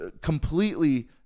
completely